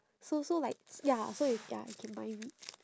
so so like ya so it ya I can mind read